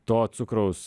to cukraus